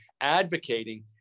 advocating